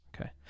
Okay